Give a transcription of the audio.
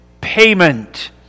payment